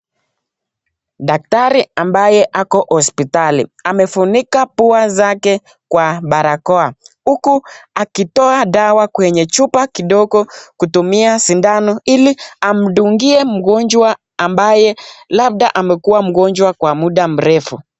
Daktari ambaye ako hospitalini, amefunika pua zake kwa barakoa huku akitoa dawa kwenye chupa kidogo kutumia sindano ili amdungie mgonjwa ambaye labda amekua mgonjwa kwa muda mrefu.